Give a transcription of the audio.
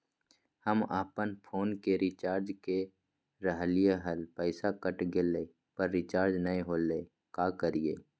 हम अपन फोन के रिचार्ज के रहलिय हल, पैसा कट गेलई, पर रिचार्ज नई होलई, का करियई?